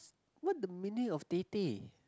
what the meaning of tete